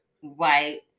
white